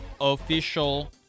Official